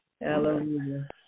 Hallelujah